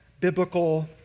biblical